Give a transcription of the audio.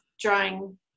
drawing